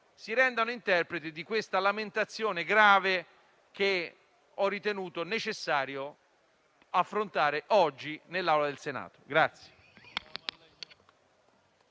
si rendano interpreti di questa lamentazione grave, che ho ritenuto necessario affrontare oggi in Senato.